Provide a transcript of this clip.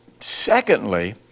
secondly